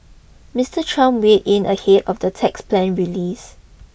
Mister Trump weigh in ahead of the tax plan release